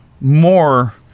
more